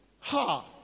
Ha